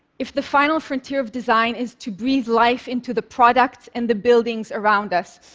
if the final frontier of design is to breathe life into the products and the buildings around us,